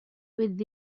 with